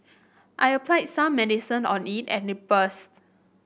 I applied some medicine on it and it burst